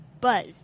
buzz